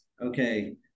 Okay